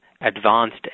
advanced